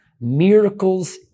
Miracles